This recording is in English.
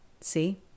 See